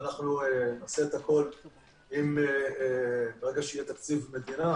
ואנחנו נעשה את הכול ברגע שיהיה תקציב מדינה